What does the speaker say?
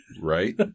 Right